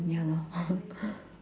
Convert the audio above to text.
ya lor